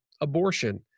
abortion